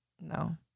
No